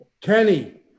Kenny